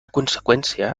conseqüència